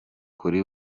kuri